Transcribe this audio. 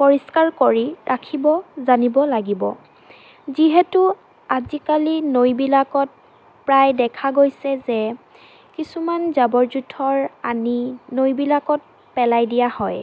পৰিষ্কাৰ কৰি ৰাখিব জানিব লাগিব যিহেতু আজিকালি নৈবিলাকত প্ৰায় দেখা গৈছে যে কিছুমান জাবৰ জোঁথৰ আনি নৈবিলাকত পেলাই দিয়া হয়